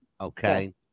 okay